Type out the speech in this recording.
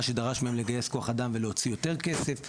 מה שדרש מהם לגייס כוח אדם ולהוציא יותר כסף.